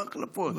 בהחלפות.